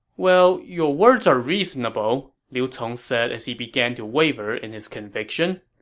well, your words are reasonable, liu cong said as he began to waver in his conviction.